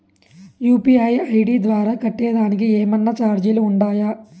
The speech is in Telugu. యు.పి.ఐ ఐ.డి ద్వారా కట్టేదానికి ఏమన్నా చార్జీలు ఉండాయా?